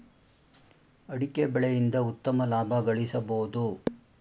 ಅಡಿಕೆ ಬೆಳೆಯಿಂದ ಉತ್ತಮ ಲಾಭ ಗಳಿಸಬೋದು